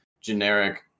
generic